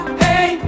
hey